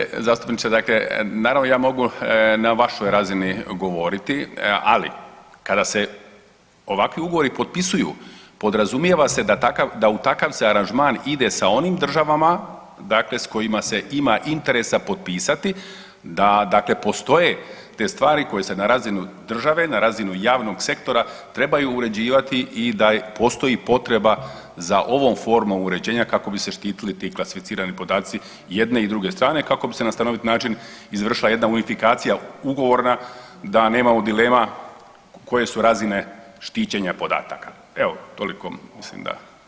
Ha uvaženi zastupniče dakle naravno ja mogu na vašoj razini govoriti, ali kada se ovakvi ugovori potpisuju podrazumijeva se da takav, da u takav se aranžman ide sa onim državama dakle s kojima se ima interesa potpisati da dakle postoje te stvari koje se na razinu države, na razinu javnog sektora trebaju uređivati i da postoji potreba za ovom formom uređenja kako bi se štitili ti klasificirani podaci jedne i druge strane kako bi se na stanovit način izvršila jedna unifikacija ugovorna da nemamo dilema koje su razine štićenja podataka, evo toliko mislim da.